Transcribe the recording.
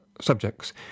subjects